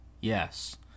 Yes